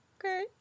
Okay